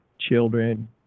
children